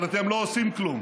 אבל אתם לא עושים כלום.